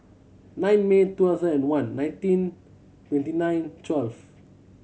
nine May two thousand and one nineteen twenty nine twelve